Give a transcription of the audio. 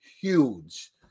Huge